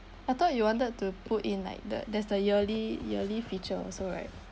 I thought you wanted to put in like the there's the yearly yearly feature also right